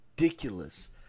ridiculous